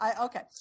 Okay